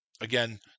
again